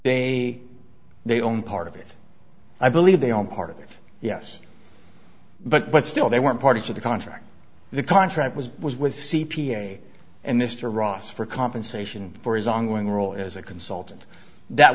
bay they own part of it i believe they own part of it yes but still they weren't part of the contract the contract was was with c p a and mr ross for compensation for his ongoing role as a consultant that